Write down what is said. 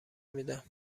میدم